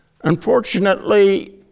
Unfortunately